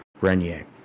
Renier